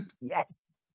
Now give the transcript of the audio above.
Yes